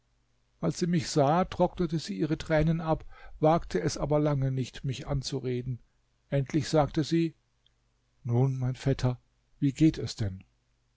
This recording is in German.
als sie mich sah trocknete sie ihre tränen ab wagte es aber lange nicht mich anzureden endlich sagte sie nun mein vetter wie geht es denn